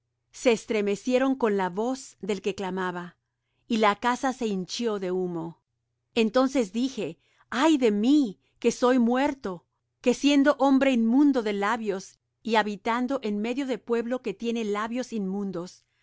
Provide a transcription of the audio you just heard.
se estremecieron con la voz del que clamaba y la casa se hinchió de humo entonces dije ay de mí que soy muerto que siendo hombre inmundo de labios y habitando en medio de pueblo que tiene labios inmundos han